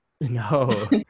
no